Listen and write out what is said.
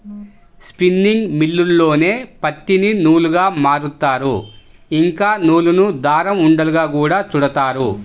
spinning మిల్లుల్లోనే పత్తిని నూలుగా మారుత్తారు, ఇంకా నూలును దారం ఉండలుగా గూడా చుడతారు